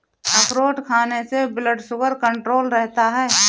अखरोट खाने से ब्लड शुगर कण्ट्रोल रहता है